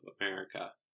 America